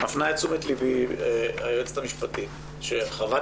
מפנה את תשומת לבי היועצת המשפטית שחוות